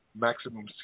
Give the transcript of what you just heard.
maximum